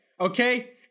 okay